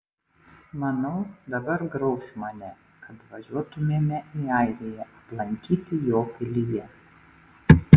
manau dabar grauš mane kad važiuotumėme į airiją aplankyti jo pilyje